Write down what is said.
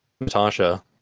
Natasha